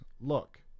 Look